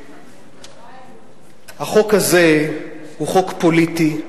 שהחוק הזה הוא חוק פוליטי,